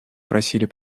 просили